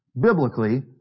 biblically